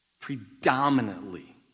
Predominantly